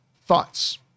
thoughts